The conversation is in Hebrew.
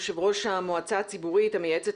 יושב ראש המועצה הציבורית המייעצת